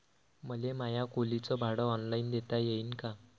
मले माया खोलीच भाड ऑनलाईन देता येईन का?